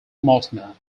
mortimer